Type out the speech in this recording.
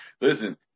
listen